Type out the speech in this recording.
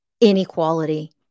inequality